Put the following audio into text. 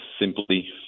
simply